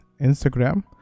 Instagram